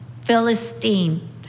Philistine